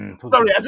Sorry